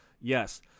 Yes